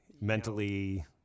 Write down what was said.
mentally